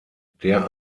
der